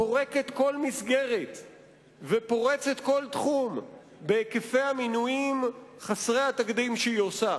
פורקת כל מסגרת ופורצת כל תחום בהיקפי המינויים חסרי התקדים שהיא עושה.